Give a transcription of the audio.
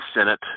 Senate